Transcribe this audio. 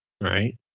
Right